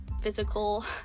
physical